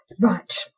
Right